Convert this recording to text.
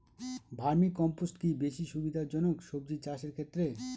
Vermi compost কি বেশী সুবিধা জনক সবজি চাষের ক্ষেত্রে?